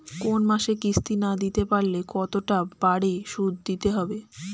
কোন মাসে কিস্তি না দিতে পারলে কতটা বাড়ে সুদ দিতে হবে?